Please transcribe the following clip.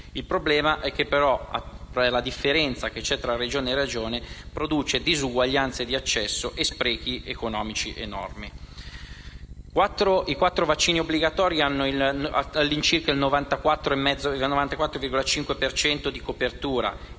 Il problema, però, è che la differenza che c'è tra Regione e Regione produce diseguaglianze di accesso e sprechi economici enormi. I quattro vaccini obbligatori hanno all'incirca una copertura